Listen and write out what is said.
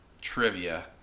trivia